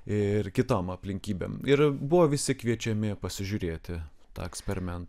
ir kitom aplinkybėm ir buvo visi kviečiami pasižiūrėti tą eksperimentą